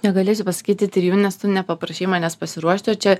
negalėsiu pasakyti trijų nes tu nepaprašei manęs pasiruošti o čia